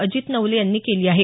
अजित नवले यांनी केली आहे